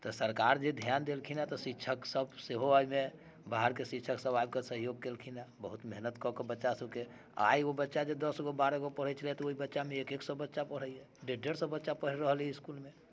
तऽ सरकार जे ध्यान देलखिन हँ तऽ शिक्षक सब सेहो एहिमे बाहरके शिक्षक सब आबिके सहयोग केलखिन हँ बहुत मेहनत कऽ कऽ बच्चा सबके आइ ओ बच्चा जे दश गो बारह गो पढ़ैत छलै तऽ ओहि बच्चामे एक एक सए बच्चा पढ़ैया डेढ़ डेढ़ सए बच्चा पढ़ि रहल अइ इसकुलमे